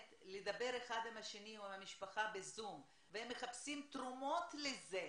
לדבר אחד עם השני או עם המשפחה בזום והם מחפשים תרומות לזה,